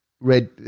Red